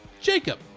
Jacob